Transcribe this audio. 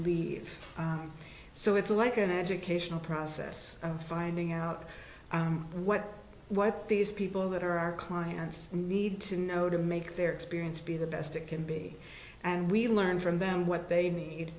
leave so it's like an educational process of finding out what what these people that are our clients need to know to make their experience be the best it can be and we learn from them what they need